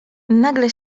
nagle